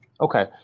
Okay